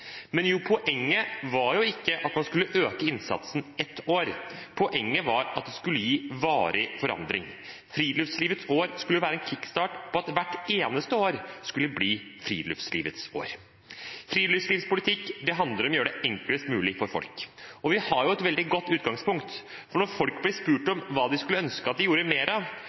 Men poenget var jo ikke at man skulle øke innsatsen ett år, poenget var at det skulle gi varig forandring. Friluftslivets år skulle være en kickstart på at hvert eneste år skulle bli friluftslivets år. Friluftslivspolitikk handler om å gjøre det enklest mulig for folk. Vi har et veldig godt utgangspunkt, for når folk blir spurt om hva de skulle ønske at de gjorde mer av,